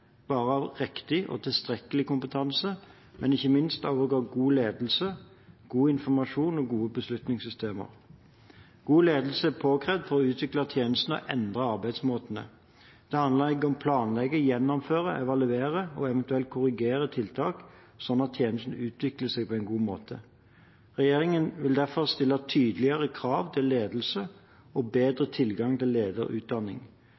bare av riktig og tilstrekkelig kompetanse, men også – og ikke minst – av god ledelse, god informasjon og gode beslutningssystemer. God ledelse er påkrevd for å utvikle tjenestene og endre arbeidsmåtene. Det handler om å planlegge, gjennomføre, evaluere og eventuelt korrigere tiltak, slik at tjenestene utvikler seg på en god måte. Regjeringen vil derfor stille tydeligere krav til ledelse og